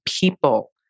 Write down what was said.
people